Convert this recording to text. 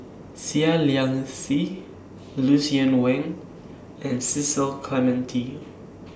Seah Liang Seah Lucien Wang and Cecil Clementi